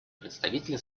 представителя